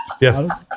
Yes